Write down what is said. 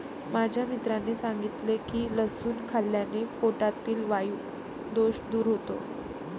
माझ्या मित्राने सांगितले की लसूण खाल्ल्याने पोटातील वायु दोष दूर होतो